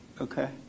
Okay